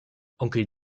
onkel